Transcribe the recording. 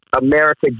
America